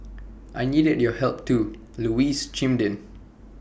I needed your help too Louise chimed in